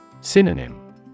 Synonym